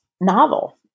novel